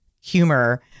humor